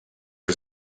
que